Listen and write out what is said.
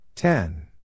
Ten